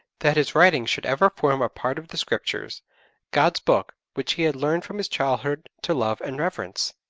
that his writings should ever form a part of the scriptures god's book, which he had learned from his childhood to love and reverence!